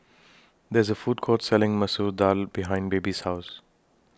There IS A Food Court Selling Masoor Dal behind Baby's House